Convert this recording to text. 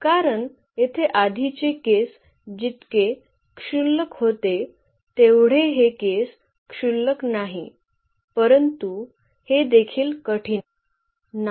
कारण येथे आधीचे केस जितके क्षुल्लक होते तेवढे हे केस क्षुल्लक नाही परंतु हे देखील कठीण नाही